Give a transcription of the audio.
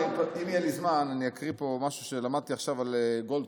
אם יהיה לי זמן אקריא פה משהו שלמדתי עכשיו על גולדקנופ.